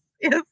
yes